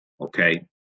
okay